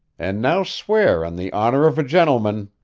and now swear on the honor of a gentleman